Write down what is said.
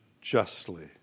justly